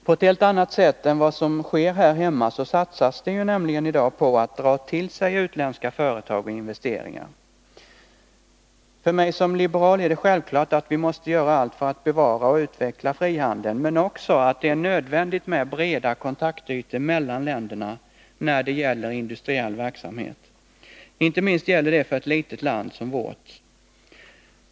På ett helt annat sätt än vad som sker här hemma satsas det nämligen i dag i dessa konkurrentländer för att man skall dra till sig utländska företag och investeringar. För mig som liberal är det självklart att vi måste göra allt för att bevara och utveckla frihandeln men också att det är nödvändigt med breda kontaktytor mellan länderna när det gäller industriell verksamhet. Inte minst gäller det för ett litet land som vårt.